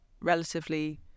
relatively